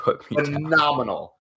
phenomenal